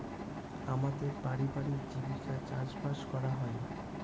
আমাদের পারিবারিক জীবিকা চাষবাস করা হয়